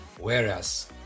whereas